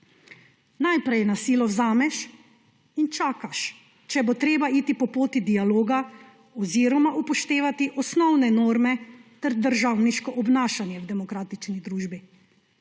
Najprej na silo vzameš in čakaš, če bo treba iti po poti dialoga oziroma upoštevati osnovne norme ter državniško obnašanje v demokratični družbi.